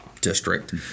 district